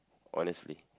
honestly